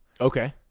Okay